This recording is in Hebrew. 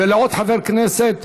לעוד חבר כנסת,